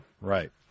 Right